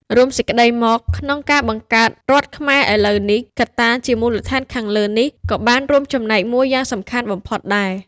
រួមសេចក្តីមកក្នុងការបង្កើតរដ្ឋខ្មែរឥឡូវនេះ កត្តាជា មូលដ្ឋានខាងលើនេះ ក៏បានរួមចំណែកមួយយ៉ាងសំខាន់បំផុតដែរ ។